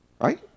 right